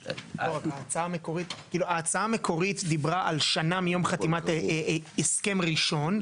ההצעה הראשונית דיברה על שנה מיום חתימת הסכם ראשון.